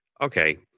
Okay